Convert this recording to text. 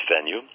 venue